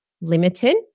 limited